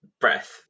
breath